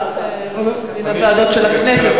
בוועדות של הכנסת,